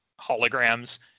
holograms